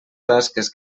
tasques